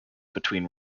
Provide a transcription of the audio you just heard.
between